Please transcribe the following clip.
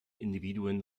individuen